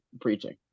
preaching